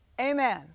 Amen